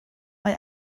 mae